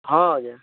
ହଁ ଆଜ୍ଞା